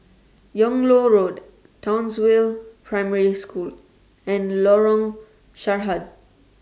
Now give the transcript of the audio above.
Yung Loh Road Townsville Primary School and Lorong Sarhad